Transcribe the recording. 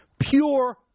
pure